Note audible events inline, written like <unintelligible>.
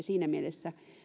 <unintelligible> siinä mielessä